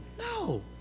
No